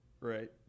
Right